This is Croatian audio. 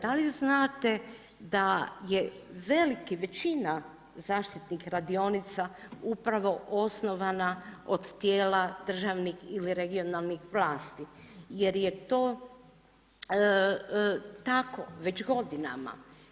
Da li znate da je veliki većina zaštitnih radionica upravo osnovana od tijela državnih ili regionalnih vlasti jer je to tako već godinama.